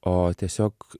o tiesiog